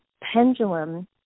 pendulum